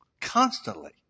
Constantly